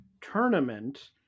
tournament